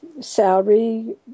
salary